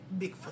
Bigfoot